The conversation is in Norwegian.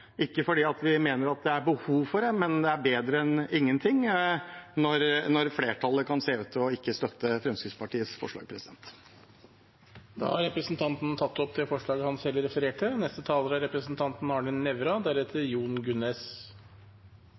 ikke fordi vi mener det er behov for det, men det er bedre enn ingenting når det kan se ut til at flertallet ikke støtter Fremskrittspartiets forslag. Da har representanten Bård Hoksrud tatt opp det forslaget han refererte